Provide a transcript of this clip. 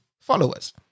followers